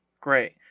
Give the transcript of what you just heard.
Great